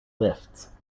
lifts